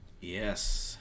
yes